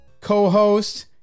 co-host